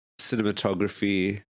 cinematography